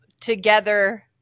together